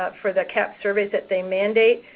ah for the cahps surveys that they mandate,